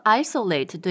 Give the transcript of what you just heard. isolate